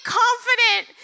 confident